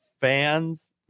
fans